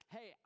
Hey